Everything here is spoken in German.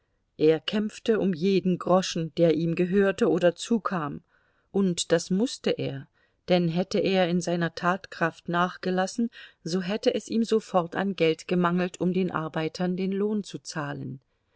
er kämpfte um jeden groschen der ihm gehörte oder zukam und das mußte er denn hätte er in seiner tatkraft nachgelassen so hätte es ihm sofort an geld gemangelt um den arbeitern den lohn zu zahlen